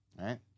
right